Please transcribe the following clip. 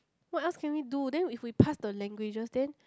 what else can we do then if we pass the languages then